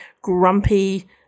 grumpy